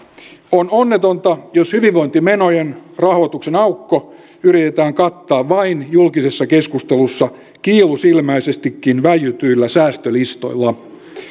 on onnetonta jos hyvinvointimenojen rahoituksen aukko yritetään kattaa vain julkisessa keskustelussa kiilusilmäisestikin väijytyillä säästölistoilla